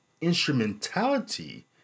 instrumentality